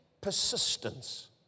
persistence